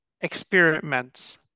experiments